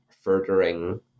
furthering